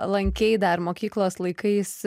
lankei dar mokyklos laikais